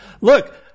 look